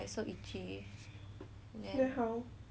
I buay tahan lor then I went and like